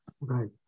Right